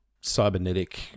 cybernetic